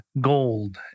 gold